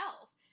else